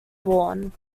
born